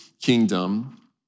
Kingdom